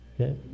Okay